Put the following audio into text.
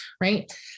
right